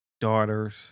daughters